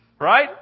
right